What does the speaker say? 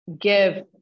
give